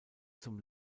zum